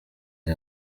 aho